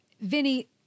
Vinny